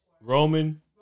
Roman